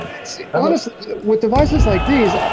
and yeah and so with devices like these,